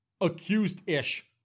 accused-ish